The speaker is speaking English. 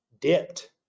dipped